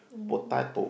potato